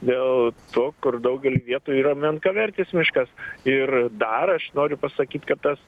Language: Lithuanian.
dėl to kur daugely vietų yra menkavertis miškas ir dar aš noriu pasakyt kad tas